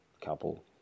couple